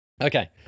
Okay